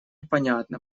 понятно